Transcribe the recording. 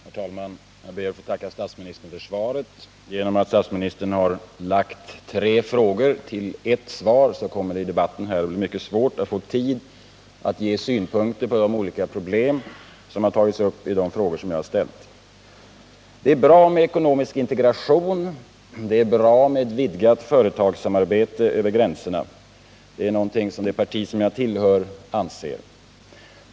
Herr talman! Jag ber att få tacka statsministern för svaret. På grund av att statsministern har valt att besvara tre frågor i ett svar kommer det i debatten att bli mycket svårt att få tid att ge synpunkter på de olika problem som har tagits upp i de frågor som jag har ställt. Det är bra med ekonomisk integration. Det är bra med ett vidgat företagssamarbete över gränserna. Det anser det parti som jag tillhör.